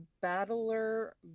Battler